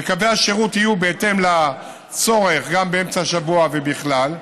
וקווי השירות יהיו בהתאם לצורך גם באמצע השבוע ובכלל,